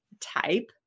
type